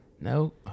No